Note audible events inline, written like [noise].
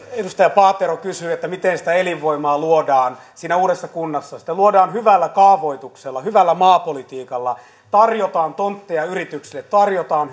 edustaja paatero kysyi miten sitä elinvoimaa luodaan uudessa kunnassa sitä luodaan hyvällä kaavoituksella hyvällä maapolitiikalla tarjotaan tontteja yrityksille tarjotaan [unintelligible]